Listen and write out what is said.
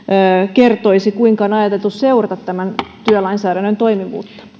kertoisi kuinka on ajateltu seurata tämän työlainsäädännön toimivuutta